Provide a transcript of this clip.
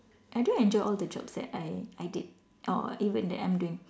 I do enjoy all the jobs that I I did or even that I'm doing